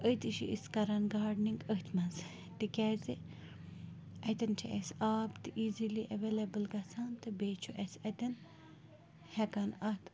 أتی چھِ أسۍ کران گاڈنِنٛگ أتھۍ منٛز تِکیٛازِ اَتٮ۪ن چھِ اَسہِ آب تہِ ایٖزِلی اٮ۪وَلیبٕل گژھان تہٕ بیٚیہِ چھُ اسہِ اَتٮ۪ن ہٮ۪کان اَتھ